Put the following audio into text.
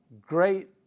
great